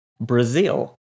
Brazil